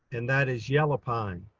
and that is yellow pine,